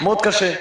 מאוד קשה.